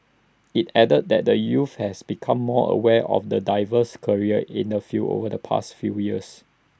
IT added that the youths has become more aware of the diverse careers in the field over the past few years